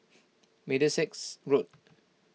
Middlesex Road